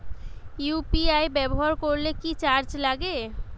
UPI ব্যবহার করলে কি চার্জ লাগে?